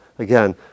Again